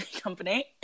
company